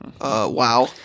Wow